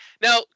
Now